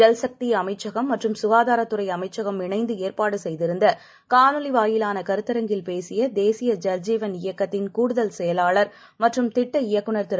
ஜல்சக்திஅமைச்சகம்மற்றும்சுகாதாரத்துறைஅமைச்சகம்இணைந்துஏற்பாடு செய்திருந்தகாணொலிவாயிலானகருத்தரங்கில்பேசியதேசியஜல்ஜீவன்இயக் கத்தின்கூடுதல்செயலாளர்மற்றும்திட்டஇயக்குநர்திரு